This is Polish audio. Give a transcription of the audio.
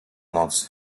nocy